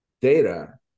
data